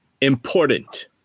important